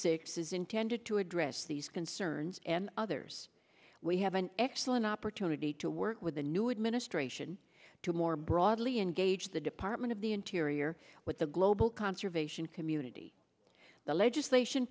is intended to address these concerns and others we have an excellent opportunity to work with the new administration to more broadly engage the department of the interior with the global conservation community the legislation